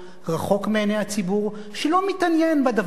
רחוק מעיני הציבור שלא מתעניין בדבר הזה